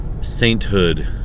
sainthood